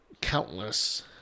countless